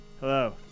Hello